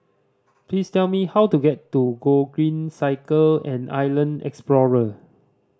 please tell me how to get to Gogreen Cycle and Island Explorer